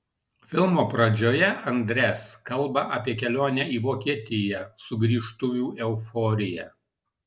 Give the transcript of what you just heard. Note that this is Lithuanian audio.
filmo pradžioje andres kalba apie kelionę į vokietiją sugrįžtuvių euforiją